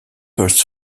first